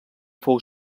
fou